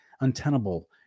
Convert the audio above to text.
untenable